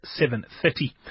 7:30